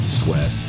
sweat